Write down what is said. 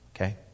okay